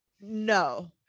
no